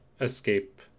escape